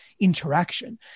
interaction